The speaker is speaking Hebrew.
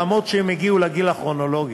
אף שהם הגיעו לגיל הכרונולוגי,